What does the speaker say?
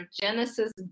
Genesis